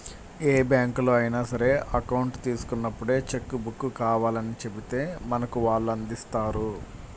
ఏ బ్యాంకులో అయినా సరే అకౌంట్ తీసుకున్నప్పుడే చెక్కు బుక్కు కావాలని చెబితే మనకు వాళ్ళు అందిస్తారు